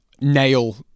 nail